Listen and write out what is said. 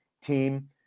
team